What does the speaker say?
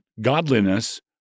godliness